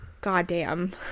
Goddamn